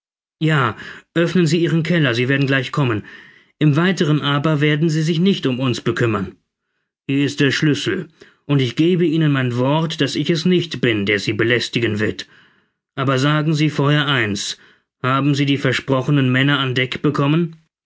ja oeffnen sie ihren keller sie werden gleich kommen im weiteren aber werden sie sich nicht um uns bekümmern hier ist der schlüssel und ich gebe ihnen mein wort daß ich es nicht bin der sie belästigen wird aber sagen sie vorher eins haben sie die versprochenen männer an deck bekommen